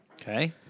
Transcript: Okay